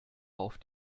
auf